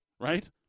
right